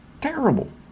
terrible